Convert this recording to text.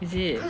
is it